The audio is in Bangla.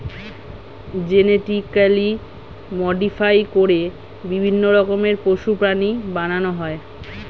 জেনেটিক্যালি মডিফাই করে বিভিন্ন রকমের পশু, প্রাণী বানানো হয়